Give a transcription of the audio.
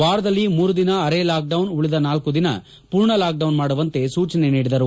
ವಾರದಲ್ಲಿ ಮೂರುದಿನ ಅರೆ ಲಾಕ್ಡೌನ್ ಉಳಿದ ನಾಲ್ಕು ದಿನ ಪೂರ್ಣ ಲಾಕ್ಡೌನ್ ಮಾಡುವಂತೆ ಸೂಚನೆ ನೀಡಿದರು